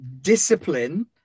Discipline